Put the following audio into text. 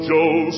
Joe